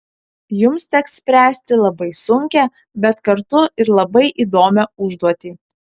jums teks spręsti labai sunkią bet kartu ir labai įdomią užduotį